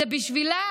זה בשבילה